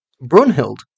Brunhild